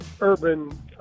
Urban